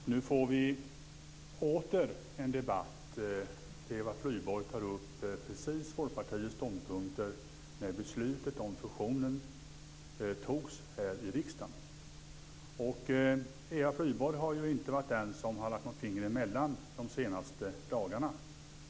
Fru talman! Nu får vi åter en debatt där Eva Flyborg tar upp Folkpartiets ståndpunkter när beslutet om fusionen togs här i riksdagen. Eva Flyborg har inte varit den som lagt något finger emellan de senaste dagarna.